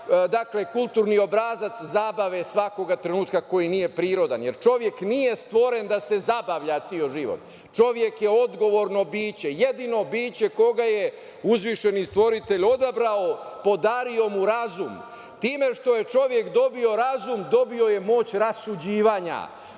taj kulturni obrazac zabave svakoga trenutka koji nije prirodan, jer čovek nije stvoren da se zabavlja ceo život. Čovek je odgovorno biće, jedino biće koga je uzvišeni stvoritelj odabrao, podario mu razum. Time što je čovek dobio razum dobio je moć rasuđivanja,